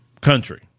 country